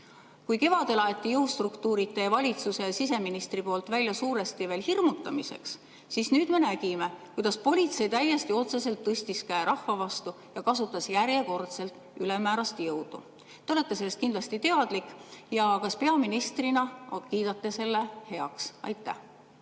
Kui kevadel ajas teie valitsuse siseminister jõustruktuurid välja suuresti hirmutamiseks, siis nüüd me nägime, kuidas politsei täiesti otseselt tõstis käe rahva vastu ja kasutas järjekordselt ülemäärast jõudu. Te olete sellest kindlasti teadlik. Kas te peaministrina kiidate selle heaks? Aitäh!